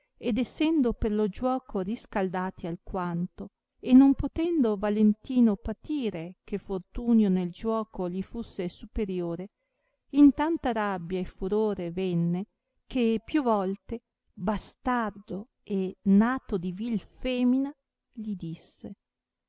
ed essendo per lo giuoco riscaldati alquanto e non potendo valentino patire che fortunio nel giuoco li fusse superiore in tanta rabbia e furore venne che più volte bastardo e nato di vii femina li disse